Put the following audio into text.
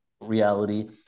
reality